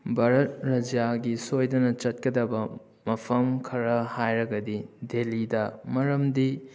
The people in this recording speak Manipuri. ꯚꯥꯔꯠ ꯔꯖ꯭ꯌꯥꯒꯤ ꯁꯣꯏꯗꯅ ꯆꯠꯀꯗꯕ ꯃꯐꯝ ꯈꯔ ꯍꯥꯏꯔꯒꯗꯤ ꯗꯤꯜꯂꯤꯗ ꯃꯔꯝꯗꯤ